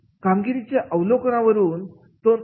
कामगिरीच्या अवलोकनावरून